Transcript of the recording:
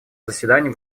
заседания